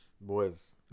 Boys